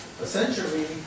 essentially